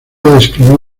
describir